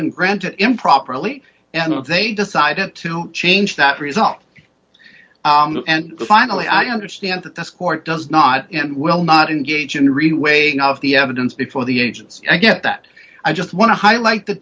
been granted improperly and if they decided to change that result and finally i understand that this court does not and will not engage in re weighing of the evidence before the agents i get that i just want to highlight the